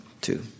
two